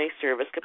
service